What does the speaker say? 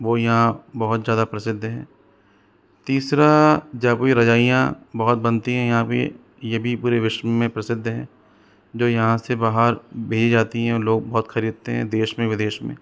वो यहाँ बहुत ज़्यादा प्रसिद्ध है तीसरा जयपुरी रजाइयाँ बहुत बनती है यहाँ पर यह भी पूरे विश्व में प्रसिद्ध है जो यहाँ से बाहर भेजी जाती हैं और लोग बहुत खरीदते है देश में विदेश में